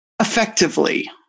effectively